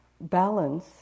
balance